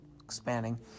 expanding